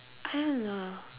I don't know